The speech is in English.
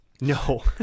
No